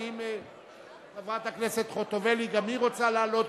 ואם חברת הכנסת חוטובלי גם היא רוצה לעלות,